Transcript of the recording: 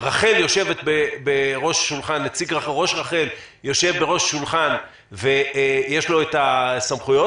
ראש רח"ל יושב בראש שולחן ויש לו את הסמכויות,